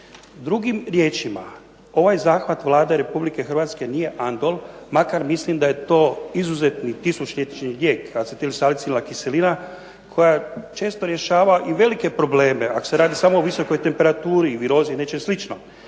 Drugim riječima, ovaj zahvat Vlade Republike Hrvatske nije Andol makar mislim da je to izuzetni tisućljetni lijek acetil salicilna kiselina koja često rješava i velike probleme, ako se radi samo o visokoj temperaturi, virozi i nečem slično,